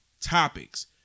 topics